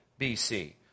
BC